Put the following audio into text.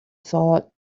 thought